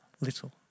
little